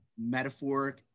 metaphoric